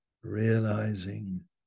realizing